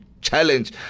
Challenge